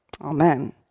Amen